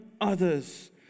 others